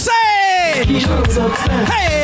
Hey